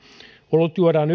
olut juodaan